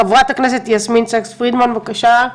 חברת הכנסת יסמין סאקס פרידמן, בבקשה.